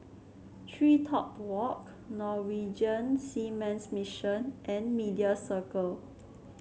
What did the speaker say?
TreeTop Walk Norwegian Seamen's Mission and Media Circle